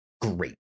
great